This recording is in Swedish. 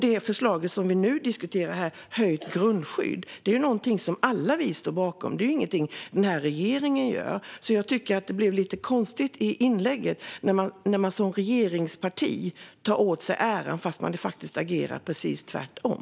Det förslag som vi nu diskuterar om höjt grundskydd är någonting som alla vi står bakom; det är ju ingenting som regeringen gör. Jag tycker att det blev lite konstigt i inlägget när man som regeringsparti tar åt sig äran, fast man faktiskt agerar precis tvärtom.